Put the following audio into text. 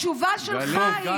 התשובה שלך היא,